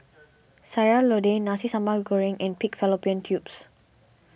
Sayur Lodeh Nasi Sambal Goreng and Pig Fallopian Tubes